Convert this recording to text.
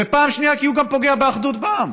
ופעם שנייה כי הוא גם פוגע באחדות בעם.